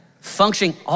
functioning